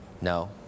No